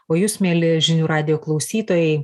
o jūs mieli žinių radijo klausytojai